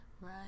right